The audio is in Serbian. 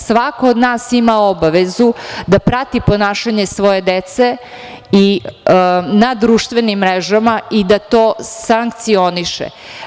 Svako od nas ima obavezu da prati ponašanje svoje dece na društvenim mrežama i da to sankcioniše.